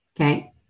Okay